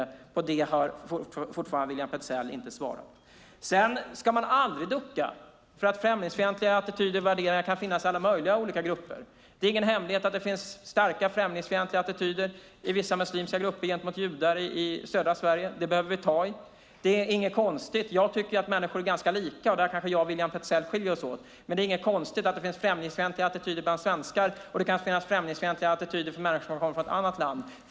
Den frågan har William Petzäll fortfarande inte svarat på. Sedan ska man aldrig ducka för att främlingsfientliga attityder och värderingar kan finnas i alla möjliga olika grupper. Det är ingen hemlighet att det finns starka främlingsfientliga attityder i vissa muslimska grupper gentemot judar i södra Sverige. Det behöver vi ta tag i. Det är inget konstigt. Jag tycker att människor är ganska lika. Där kanske jag och William Petzäll skiljer oss åt. Men det är inget konstigt att det finns främlingsfientliga attityder bland svenskar och att det kan finnas främlingsfientliga attityder från människor som kommer från andra länder.